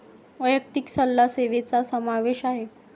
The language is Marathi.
वैयक्तिक सल्ला सेवेचा समावेश आहे